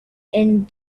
and